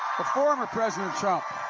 former president trump.